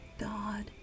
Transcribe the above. God